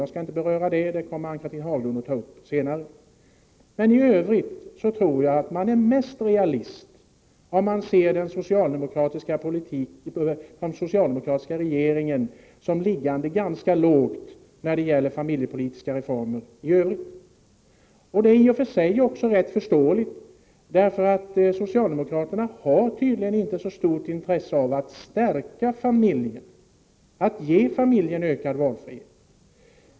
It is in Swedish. Jag skall inte beröra detta — det kommer Ann-Cathrine Haglund att ta upp senare. Men i övrigt tror jag att man är mest realist om man ser den socialdemokratiska regeringen som liggande ganska lågt när det gäller familjepolitiska reformer i övrigt. Det är i och för sig också rätt förståeligt, för socialdemokraterna har tydligen inte så stort intresse av att stärka familjen och ge familjen ökad valfrihet.